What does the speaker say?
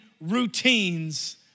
routines